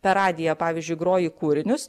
per radiją pavyzdžiui groji kūrinius